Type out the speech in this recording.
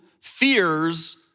fears